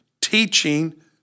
teaching